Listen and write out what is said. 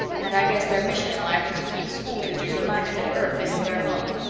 and i guess their mission in life was to keep school teachers reminded that earth isn't their home.